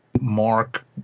Mark